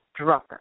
Drucker